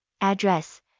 Address